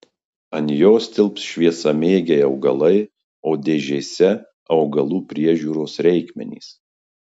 ant jos tilps šviesamėgiai augalai o dėžėse augalų priežiūros reikmenys